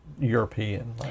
European